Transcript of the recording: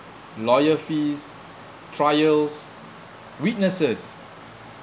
lawyer fees trials witnesses